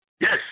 Yes